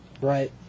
Right